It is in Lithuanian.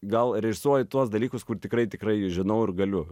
gal režisuoju tuos dalykus kur tikrai tikrai žinau ir galiu